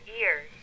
ears